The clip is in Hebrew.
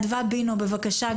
אני בוגרת אוניברסיטת תל אביב.